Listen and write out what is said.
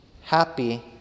happy